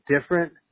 different